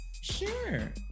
sure